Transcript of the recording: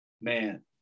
man